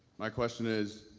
my question is